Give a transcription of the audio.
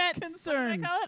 concern